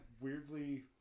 weirdly